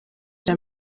cya